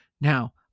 Now